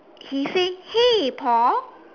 he say hey Paul